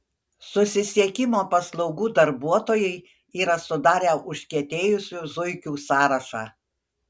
susisiekimo paslaugų darbuotojai yra sudarę užkietėjusių zuikių sąrašą